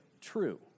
true